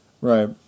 Right